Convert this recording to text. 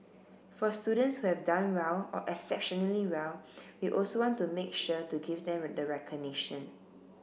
for students who have done well or exceptionally well we also want to make sure to give them the recognition